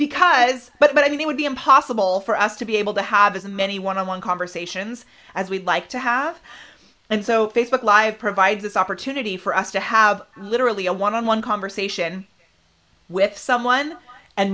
because but i mean it would be impossible for us to be able to have as many one on one conversations as we'd like to have and so facebook live provides this opportunity for us to have literally a one on one conversation with someone and